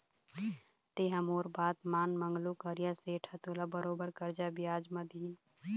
तेंहा मोर बात मान मंगलू करिया सेठ ह तोला बरोबर करजा बियाज म दिही